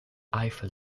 eiffel